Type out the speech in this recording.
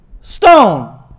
stone